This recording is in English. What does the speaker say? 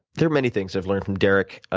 there are many things i've learned from derek.